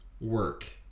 work